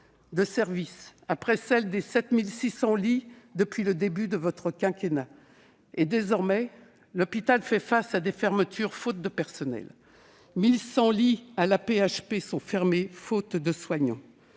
de services, après celles de 7 600 lits depuis le début de votre quinquennat. Désormais, l'hôpital fait face à des fermetures faute de personnel : 1 100 lits à l'AP-HP sont ainsi fermés par manque de soignants.